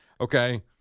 Okay